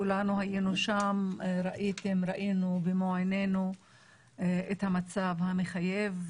כולנו היינו שם, ראינו במו עינינו את המצב המחייב.